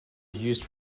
used